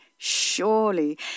Surely